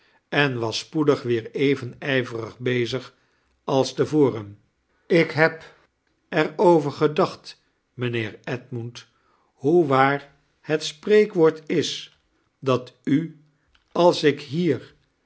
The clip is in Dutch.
en was spoedig weer even ijverig bezig als te vorem ik heb er over gedacht mijnheer edmund hoe waar het spreekwoord is dat u ate ik hier